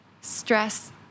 stress